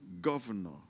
governor